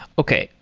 okay,